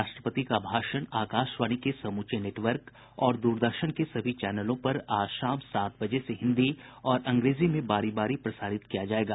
राष्ट्रपति का भाषण आकाशवाणी के समूचे नेटवर्क और दूरदर्शन के सभी चैनलों पर आज शाम सात बजे से हिंदी और अंग्रेजी में बारी बारी प्रसारित किया जाएगा